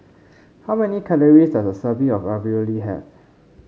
how many calories does a serving of Ravioli have